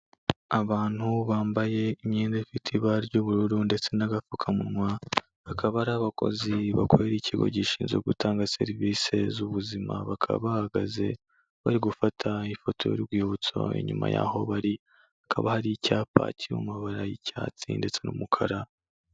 Abantu bambaye imyenda ifite ibara ry'ubururu ndetse n'agapfukamunwa, bakaba ari abakozi bakorera ikigo gishinzwe gutanga serivisi z'ubuzima, bakaba bahagaze bari gufata ifoto y'urwibutso, aho inyuma yaho bari hakaba hari icyapa kiri mu mabara y'icyatsi ndetse n'umukara.